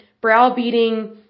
brow-beating